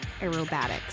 aerobatics